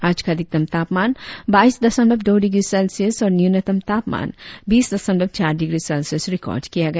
आज का अधिकतम तापमान बाईस दशमलव दो डिग्री सेल्सियस और न्यूनतम तापमान बीस दशमलव चार डिग्री सेल्सियस रिकार्ड किया गया